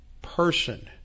person